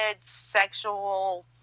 sexual